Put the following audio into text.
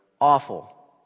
awful